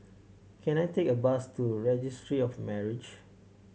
can I take a bus to Registry of Marriages